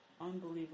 Unbelievable